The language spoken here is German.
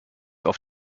auf